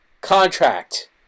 contract